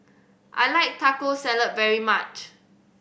I like Taco Salad very much